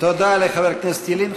תודה לחבר הכנסת ילין.